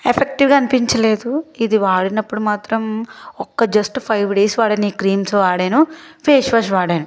ఎఫెక్టివ్గా అనిపించలేదు ఇది వాడినప్పుడు మాత్రం ఒక జస్ట్ ఫైవ్ డేస్ వాడిన ఈ క్రీమ్స్ వాడాను పేస్ వాష్ వాడాను